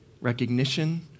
recognition